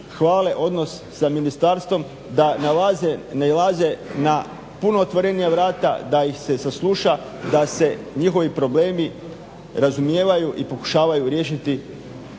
hvale odnos sa ministarstvom da nailaze na puno otvorenija vrata, da ih se sasluša, da se njihovi problemi razumijevaju i pokušavaju riješiti